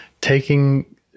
taking